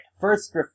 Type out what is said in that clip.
First